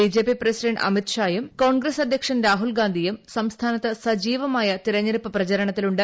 BJP president അമിത്ഷായും കോൺഗ്രസ് അദ്ധ്യക്ഷൻ രാഹുൽഗാന്ധിയും സംസ്ഥാനത്ത് സജീവമായ തെരഞ്ഞെടുപ്പ് പ്രചരണത്തിലുണ്ട്